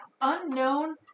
unknown